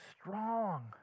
strong